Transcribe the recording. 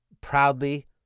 proudly